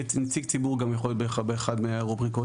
גם נציג ציבור יכול להיות באחת מהרובריקות.